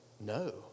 no